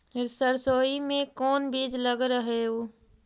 सरसोई मे कोन बीज लग रहेउ?